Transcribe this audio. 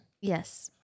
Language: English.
Yes